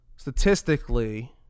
statistically